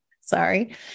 sorry